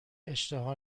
اشتها